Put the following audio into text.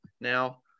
now